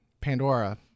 Pandora